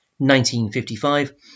1955